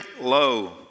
low